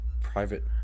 private